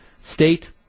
State